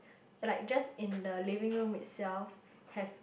like just in the living room itself have